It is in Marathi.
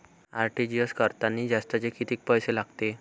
आर.टी.जी.एस करतांनी जास्तचे कितीक पैसे लागते?